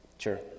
Sure